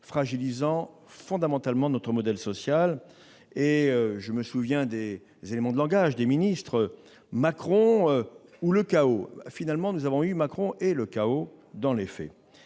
fragilisant fondamentalement notre modèle social. Je me souviens des éléments de langage des ministres :« Macron ou le chaos ». Dans les faits, nous avons eu Macron et le chaos. Exactement